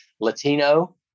Latino